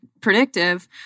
predictive